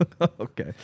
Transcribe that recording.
Okay